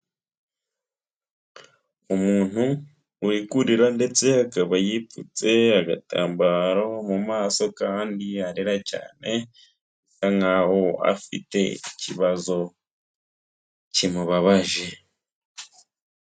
Umuntu uri kurira, ndetse akaba yipfutse agatambaro mu maso, kandi arira cyane bisa nkaho afite ikibazo kimubabaje.